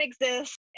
exist